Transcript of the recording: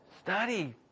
study